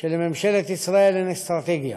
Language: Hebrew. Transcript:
שלממשלת ישראל אין אסטרטגיה,